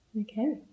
Okay